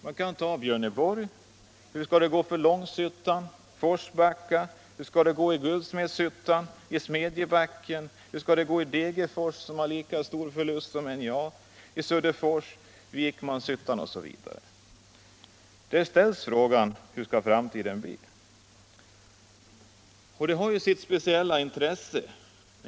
Hur skall det t.ex. gå för Björneborg, Långshyttan och Forsbacka, hur skall det gå i Guldsmedshyttan, i Smedjebacken och i Degerfors, som har lika stor förlust som NJA, i Söderfors, i Vikmanshyttan osv. Där ställs frågan: Hur skall fram tiden bli? Detta har sitt speciella intresse.